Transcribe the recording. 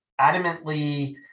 adamantly